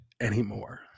anymore